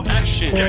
action